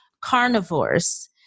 carnivores